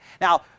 Now